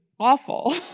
Awful